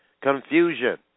Confusion